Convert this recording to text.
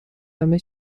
همه